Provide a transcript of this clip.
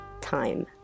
time